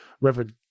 Reverend